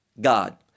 God